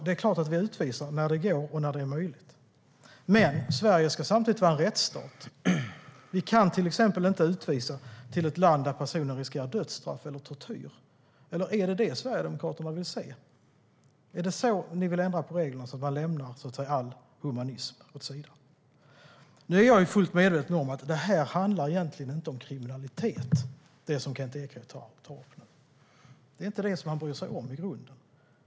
Det är klart att vi utvisar när det är möjligt. Men Sverige ska samtidigt vara en rättsstat. Vi kan till exempel inte utvisa människor till ett land där de riskerar dödsstraff eller tortyr. Är det detta som Sverigedemokraterna vill se? Vill ni ändra på reglerna så att man lämnar så att säga all humanism åt sidan? Jag är fullt medveten om att det som Kent Ekeroth nu talar om egentligen inte handlar om kriminalitet. Det är inte det som han i grunden bryr sig om.